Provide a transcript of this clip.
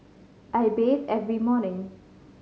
I bathe every morning